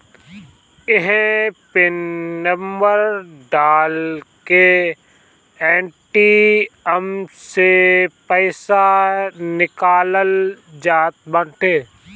इहे pin number डाल के ए.टी.एम से पईसा निकालल जात बाटे